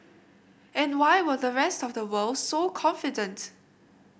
and why were the rest of the world so confident